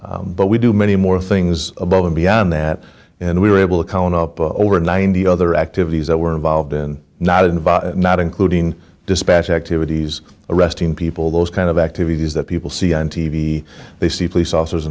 but we do many more things above and beyond that and we were able to count up over ninety other activities that were involved and not involve not including dispatch activities arresting people those kind of activities that people see on t v they see police officers